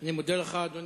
אני מודה לך, אדוני.